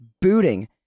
booting